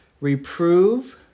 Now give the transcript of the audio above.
reprove